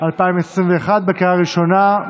בקריאה ראשונה.